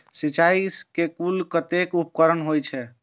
सिंचाई के कुल कतेक उपकरण होई छै?